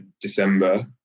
December